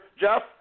Jeff